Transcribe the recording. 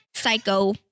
Psycho